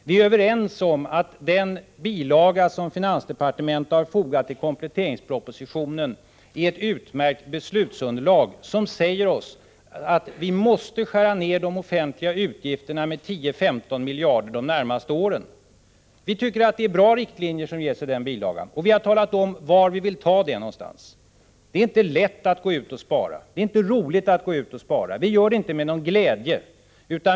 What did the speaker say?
Vi är överens om att den bilaga som finansdepartementet har fogat till kompletteringspropositionen är ett utmärkt beslutsunderlag, som säger oss att vi måste skära ned de offentliga utgifterna med 10-15 miljarder under de närmaste åren. Vi tycker att det är bra riktlinjer som ges i den bilagan. Vi har talat om var vi vill ta dessa pengar någonstans. Det är inte lätt eller roligt att gå ut med besparingskrav. Vi gör det inte med glädje.